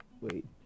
Wait